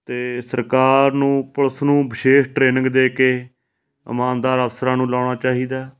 ਅਤੇ ਸਰਕਾਰ ਨੂੰ ਪੁਲਿਸ ਨੂੰ ਵਿਸ਼ੇਸ਼ ਟ੍ਰੇਨਿੰਗ ਦੇ ਕੇ ਇਮਾਨਦਾਰ ਅਫਸਰਾਂ ਨੂੰ ਲਾਉਣਾ ਚਾਹੀਦਾ